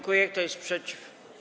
Kto jest przeciw?